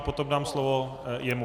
Potom dám slovo jemu.